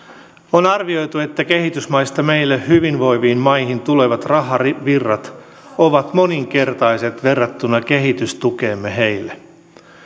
on arvioitu että kehitysmaista meille hyvinvoiviin maihin tulevat rahavirrat ovat moninkertaiset verrattuna kehitystukeemme heille